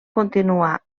continuar